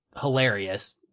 hilarious